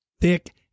thick